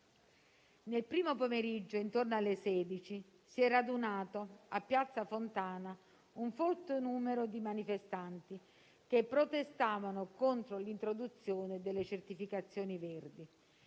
Nel primo pomeriggio, intorno alle ore 16, si è radunato a Piazza Fontana un folto numero di manifestanti che protestavano contro l'introduzione delle certificazioni verdi.